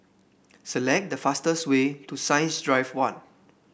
select the fastest way to Science Drive One